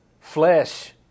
flesh